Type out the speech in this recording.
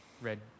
red